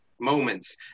moments